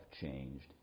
changed